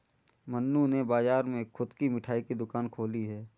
मन्नू ने बाजार में खुद की मिठाई की दुकान खोली है